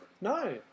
No